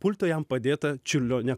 pulto jam padėta čiurlionio